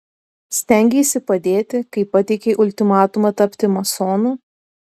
stengeisi padėti kai pateikei ultimatumą tapti masonu